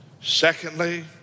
Secondly